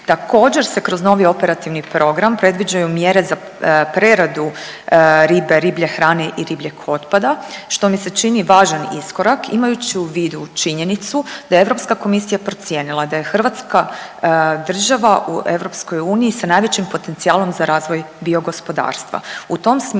Također se kroz novi Operativni program predviđaju mjere za preradu ribe, riblje hrane i ribljeg otpada što mi se čini važan iskorak imajući u vidu činjenicu da je Europska komisija procijenila da je Hrvatska država u EU sa najvećim potencijalom za razvoj biogospodarstva.